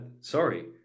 sorry